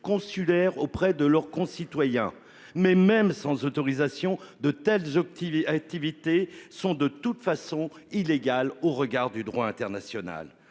consulaire auprès de leurs concitoyens. Mais même sans autorisation de telles Optile activités sont de toute façon illégale au regard du droit international